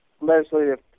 Legislative